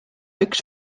üks